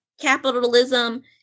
capitalism